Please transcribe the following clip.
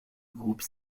groupe